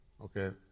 okay